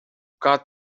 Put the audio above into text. got